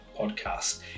podcast